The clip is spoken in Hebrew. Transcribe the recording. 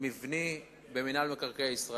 ומבני במינהל מקרקעי ישראל.